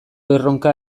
erronka